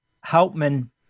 Hauptmann